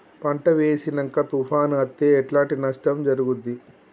పంట వేసినంక తుఫాను అత్తే ఎట్లాంటి నష్టం జరుగుద్ది?